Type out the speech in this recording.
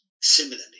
similarly